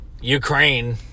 Ukraine